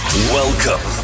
Welcome